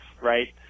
right